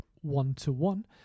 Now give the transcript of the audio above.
one-to-one